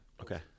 Okay